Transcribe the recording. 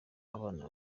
abana